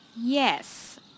Yes